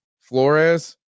Flores